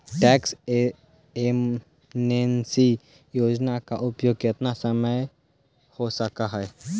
tax amnesty योजना का उपयोग केतना समयला हो सकलई हे